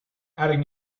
adding